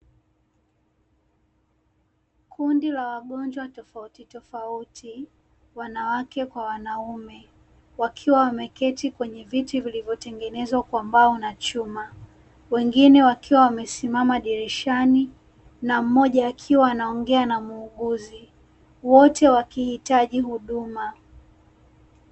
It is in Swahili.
Kundi la wagonjwa tofautitofauti, wanawake kwa wanaume, wakiwa wameketi kwenye viti vilivyotengenezwa kwa mbao na chuma. Wengine wakiwa wamesimama dirishani, na mmoja akiwa anaongea na muuguzi. Wote wakihitaji huduma.